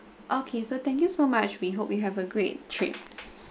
okay so thank you so much we hope you have a great trip